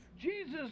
Jesus